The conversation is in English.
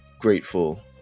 grateful